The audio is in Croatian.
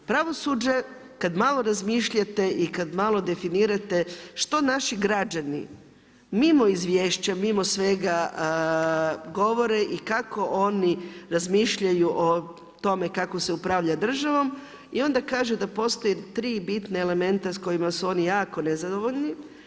Pravosuđe kad malo razmišljate i kad malo definirate što naši građani mimo izvješća, mimo svega govore i kako oni razmišljaju o tome kako se upravlja državom i onda kaže da postoje tri bitna elementa s kojima su oni jako nezadovoljni.